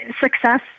success